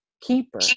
keeper